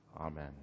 Amen